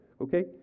okay